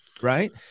right